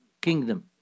kingdom